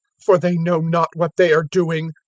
for they know not what they are doing.